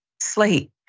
Slate